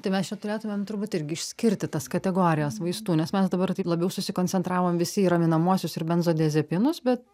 tai mes čia turėtumėm turbūt irgi išskirti tas kategorijas vaistų nes mes dabar taip labiau susikoncentravom visi ir raminamuosius ir benzodiazepinus bet